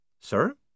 Sir